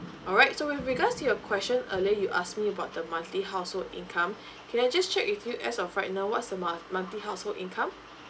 alright so with regards to your question earlier you ask me about the monthly household income can I just check with you as of right now what's the mo~ monthly household income